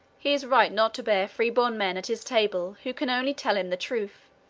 he is right not to bear freeborn men at his table who can only tell him the truth.